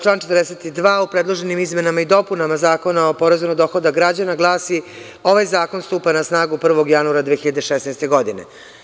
Član 42. u predloženim izmenama i dopunama Zakona o porezu na dohodak građana glasi – ovaj zakon stupa na snagu 1. januara 2016. godine.